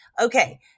Okay